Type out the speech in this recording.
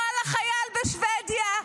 לא על החייל בשבדיה,